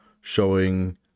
showing